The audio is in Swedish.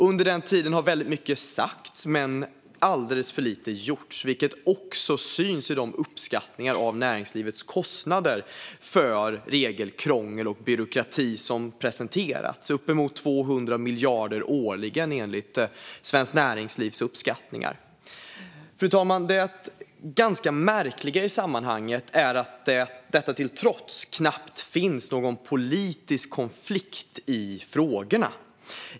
Under denna tid har väldigt mycket sagts men alldeles för lite gjorts, vilket också syns i de uppskattningar av näringslivets kostnader för regelkrångel och byråkrati som har presenterats - enligt Svenskt Näringslivs uppskattningar handlar det om uppemot 200 miljarder årligen. Fru talman! Det ganska märkliga i sammanhanget är att det, detta till trots, knappt finns någon politisk konflikt i dessa frågor.